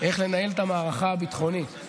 איך לנהל את המערכה הביטחונית.